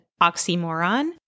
oxymoron